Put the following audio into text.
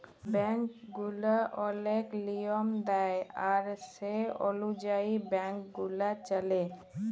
bank গুলা ওলেক লিয়ম দেয় আর সে অলুযায়ী ব্যাংক গুলা চল্যে